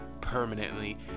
permanently